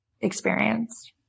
experienced